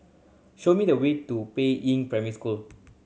show me the way to Peiying Primary School